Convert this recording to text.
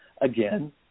again